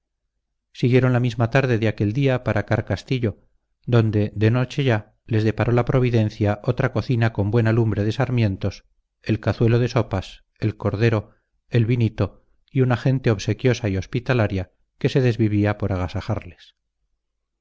siguieron la misma tarde de aquel día para carcastillo donde de noche ya les deparó la providencia otra cocina con buena lumbre de sarmientos el cazuelo de sopas el cordero el vinito y una gente obsequiosa y hospitalaria que se desvivía por agasajarles